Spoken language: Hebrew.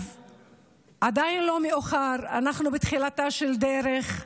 אז עדיין לא מאוחר, אנחנו בתחילתה של דרך.